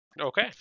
Okay